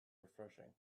refreshing